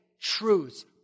truths